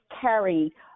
carry